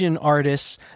artists